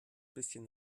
bisschen